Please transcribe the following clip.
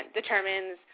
determines